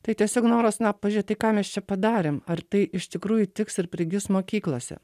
tai tiesiog noras na pažiūrėt tai ką mes čia padarėm ar tai iš tikrųjų tiks ir prigis mokyklose